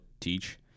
teach